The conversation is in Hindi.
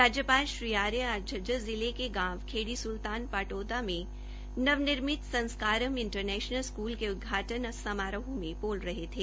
राज्यपाल श्री आर्य आज झज्जर जिला के गांव खेड़ी स्ल्तान पाटौदा में नवनिर्मित संस्कारम् इंटरनेशनल स्कूल के उद्घाटन समारोह में बोल रहे थे